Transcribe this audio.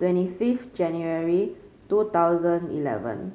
twenty fifth January two thousand eleven